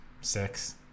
Six